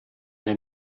der